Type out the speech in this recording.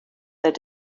their